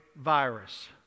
virus